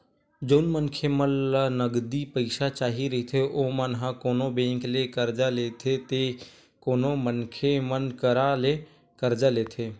जउन मनखे मन ल नगदी पइसा चाही रहिथे ओमन ह कोनो बेंक ले करजा लेथे ते कोनो मनखे मन करा ले करजा लेथे